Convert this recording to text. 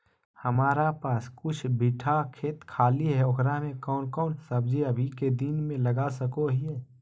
हमारा पास कुछ बिठा खेत खाली है ओकरा में कौन कौन सब्जी अभी के दिन में लगा सको हियय?